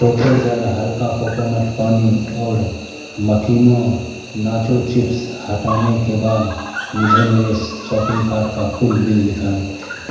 cocoa जल हल्का coconut पानी और मकीनो नाचो चिप्स हटाने के बाद मुझे मेरे शॉपिंग कार्ट का कुल बिल दिखाएँ